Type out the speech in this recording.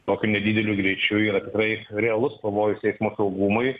tokiu nedideliu greičiu yra tikrai realus pavojus eismo saugumui